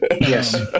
Yes